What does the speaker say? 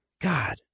God